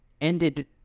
ended